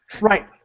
Right